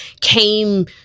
came